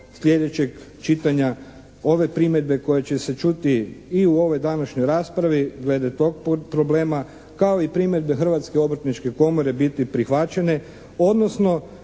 sljedećeg čitanja ove primjedbe koje će se čuti i u ovoj današnjoj raspravi glede tog problema kao i primjedbe Hrvatske obrtničke komore biti prihvaćene odnosno